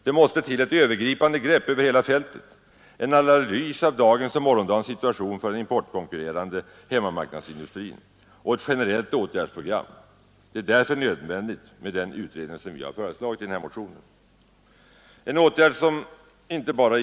Det måste till en övergripande insats på hela fältet, en analys av dagens och morgondagens situation för den importkonkurrerande hemmamarknadsindustrin och ett generellt åtgärdsprogram. Den utredning som vi har föreslagit i vår motion är därför nödvändig.